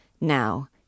Now